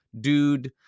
dude